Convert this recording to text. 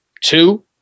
two